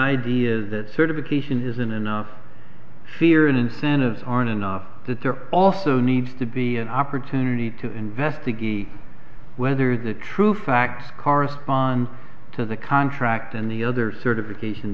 idea that certification isn't enough fear and incentives aren't enough that there also needs to be an opportunity to investigate whether the true facts correspond to the contract and the other certification